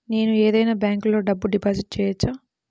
నేను ఏదైనా బ్యాంక్లో డబ్బు డిపాజిట్ చేయవచ్చా?